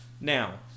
Now